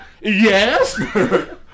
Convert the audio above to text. Yes